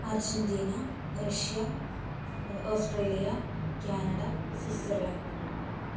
Argentina Russia Australia Canada Switzerland